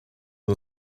you